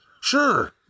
Sure